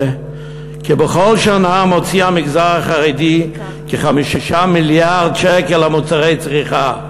בכל שנה מוציא המגזר החרדי כ-5 מיליארד שקל על מוצרי צריכה.